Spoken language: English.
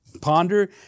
ponder